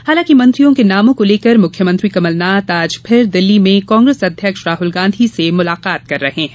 हालांकि मंत्रियों के नामों को लेकर मुख्यमंत्री कमलनाथ आज फिर दिल्ली में कांग्रेस अध्यक्ष राहल गांधी से मुलाकात कर रहे हैं